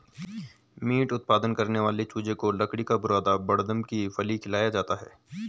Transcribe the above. meet उत्पादन करने वाले चूजे को लकड़ी का बुरादा बड़दम की फली खिलाया जाता है